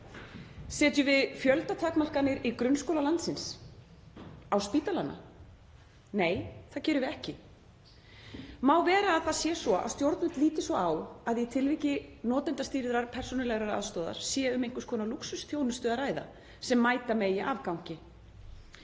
Setjum við fjöldatakmarkanir í grunnskóla landsins, á spítalana? Nei. Það gerum við ekki. Má vera að það sé svo að stjórnvöld líti svo á að í tilviki notendastýrðrar persónulegrar aðstoðar sé um einhvers konar lúxusþjónustu að ræða sem mæta megi afgangi?